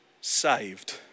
saved